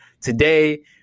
Today